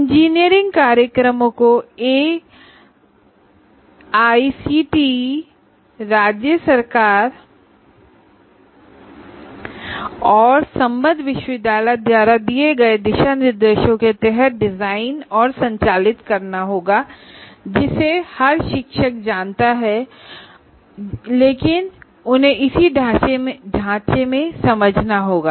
engineering programmes को AICTE राज्य सरकार और संबद्ध विश्वविद्यालय द्वारा दिए गए दिशा निर्देशों के तहत डिजाइन और संचालित करना होता है जिसे हर शिक्षक जानता है और उसे इसी ढांचे को समझना होगा